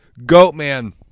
Goatman